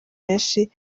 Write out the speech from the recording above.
menshi